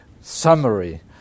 summary